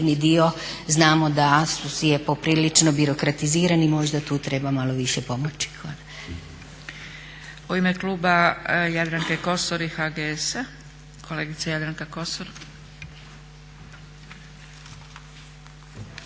znamo da je poprilično birokratiziran i možda tu treba malo više pomoći. Hvala.